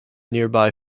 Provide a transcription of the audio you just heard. nearby